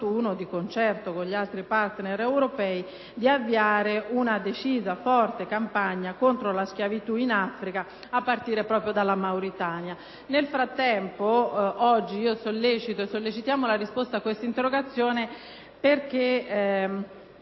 di concerto con gli altri partner europei, avviare una decisa e forte campagna contro la schiavitù in Africa, a partire proprio dalla Mauritania. Oggi, sollecitiamo la risposta a questa interrogazione,